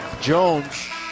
jones